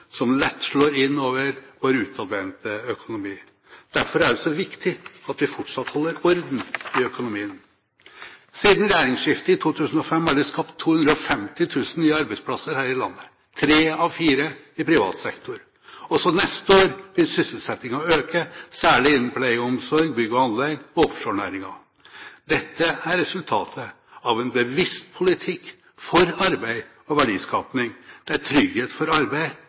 som lett slår inn over vår utadvendte økonomi. Derfor er det så viktig at vi fortsatt holder orden i økonomien. Siden regjeringsskiftet i 2005 er det skapt 250 000 nye arbeidsplasser her i landet – tre av fire i privat sektor. Også neste år vil sysselsettingen øke, særlig innen pleie og omsorg, bygg og anlegg og offshorenæringen. Dette er resultatet av en bevisst politikk for arbeid og verdiskaping, der trygghet for arbeid